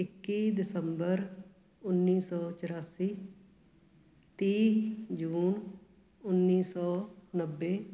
ਇੱਕੀ ਦਸੰਬਰ ਉੱਨੀ ਸੌ ਚੁਰਾਸੀ ਤੀਹ ਜੂਨ ਉੱਨੀ ਸੌ ਨੱਬੇ